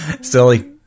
Silly